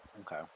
Okay